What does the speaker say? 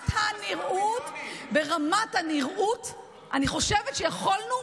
אני חושבת שיכולנו,